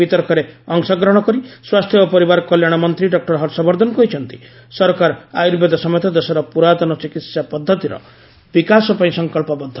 ବିତର୍କରେ ଅଂଶଗ୍ରହଣ କରି ସ୍ୱାସ୍ଥ୍ୟ ଓ ପରିବାର କଲ୍ୟାଣ ମନ୍ତ୍ରୀ ଡକ୍ଟର ହର୍ଷବର୍ଦ୍ଧନ କହିଛନ୍ତି ସରକାର ଆର୍ୟୁବେଦ ସମେତ ଦେଶର ପୁରାତନ ଚିକିହା ପଦ୍ଧତିର ବିକାଶ ପାଇଁ ସଂକଳ୍ପବଦ୍ଧ